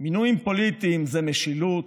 מינויים פוליטיים זו משילות,